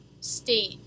state